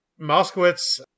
Moskowitz